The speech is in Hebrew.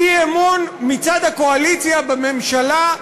אי-אמון מצד הקואליציה בממשלה.